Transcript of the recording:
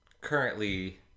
currently